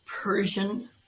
Persian